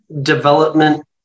development